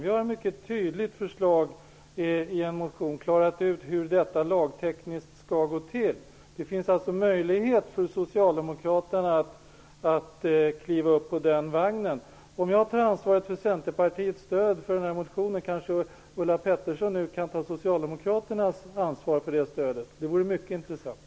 I ett mycket tydligt förslag i en motion har vi klarat ut hur detta lagtekniskt skall gå till. Det finns möjlighet för socialdemokraterna att kliva upp på den vagnen. Om jag tar ansvar för Centerpartiets stöd för denna motion kanske Ulla Pettersson kan ta ansvar för socialdemokraternas stöd. Det vore mycket intressant.